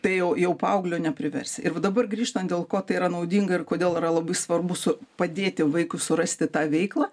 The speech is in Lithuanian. tai jau jau paauglio nepriversi ir va dabar grįžtant dėl ko tai yra naudinga ir kodėl yra labai svarbu su padėti vaikui surasti tą veiklą